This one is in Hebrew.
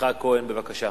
יצחק כהן, בבקשה.